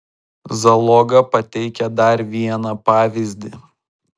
zaloga pateikia dar vieną pavyzdį